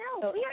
no